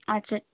আচ্ছা